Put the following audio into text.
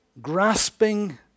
grasping